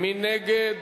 מי נגד?